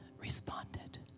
responded